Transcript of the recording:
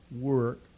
work